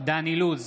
דן אילוז,